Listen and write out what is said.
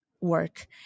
work